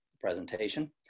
presentation